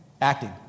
acting